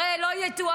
הרי לא יתואר